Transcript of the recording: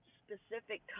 specific